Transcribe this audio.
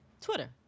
Twitter